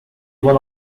one